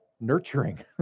nurturing